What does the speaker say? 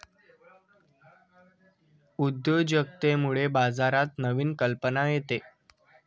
उद्योजकतेमुळे बाजारात नवीन कल्पना येते